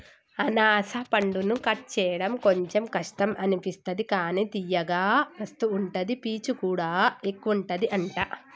అనాస పండును కట్ చేయడం కొంచెం కష్టం అనిపిస్తది కానీ తియ్యగా మస్తు ఉంటది పీచు కూడా ఎక్కువుంటది అంట